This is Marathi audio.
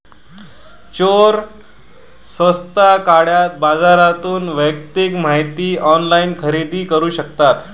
चोर स्वस्तात काळ्या बाजारातून वैयक्तिक माहिती ऑनलाइन खरेदी करू शकतात